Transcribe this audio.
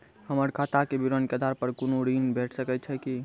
हमर खाता के विवरण के आधार प कुनू ऋण भेट सकै छै की?